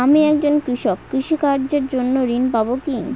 আমি একজন কৃষক কৃষি কার্যের জন্য ঋণ পাব কি?